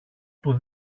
που